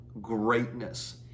greatness